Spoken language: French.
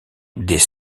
des